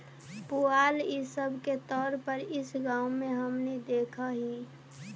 पुआल इ सब के तौर पर इस गाँव में हमनि देखऽ हिअइ